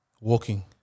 Walking